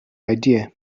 idea